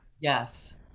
Yes